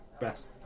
best